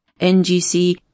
NGC